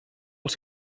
als